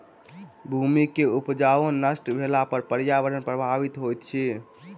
भूमि के उपजाऊपन नष्ट भेला पर पर्यावरण प्रभावित होइत अछि